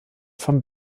vom